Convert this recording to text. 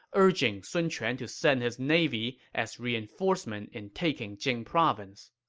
urging sun quan to send his navy as reinforcement in taking jing province